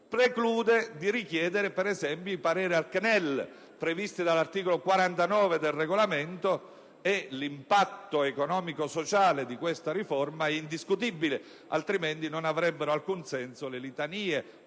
possibilità di richiedere i pareri al CNEL previsti dall'articolo 49 del Regolamento (e l'impatto economico‑sociale di questa riforma è indiscutibile, altrimenti non avrebbero alcun senso le litanie